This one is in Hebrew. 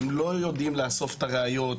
הם לא יודעים לאסוף את הראיות,